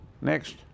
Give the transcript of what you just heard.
Next